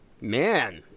man